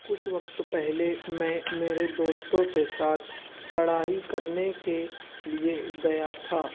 کچھ وقت پہلے میں میرے دوستوں کے ساتھ چڑھائی کرنے کے لیے گیا تھا